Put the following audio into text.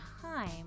time